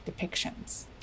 depictions